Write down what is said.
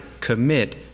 commit